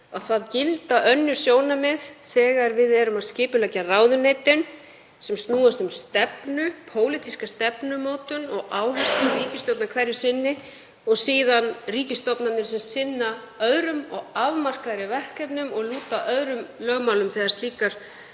að það gilda önnur sjónarmið þegar við erum að skipuleggja ráðuneytin sem snúast um stefnu, pólitíska stefnumótun og áherslur ríkisstjórnar hverju sinni, og síðan ríkisstofnanir sem sinna öðrum og afmarkaðri verkefnum og lúta öðrum lögmálum þegar slíkar